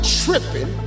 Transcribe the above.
tripping